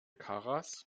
karas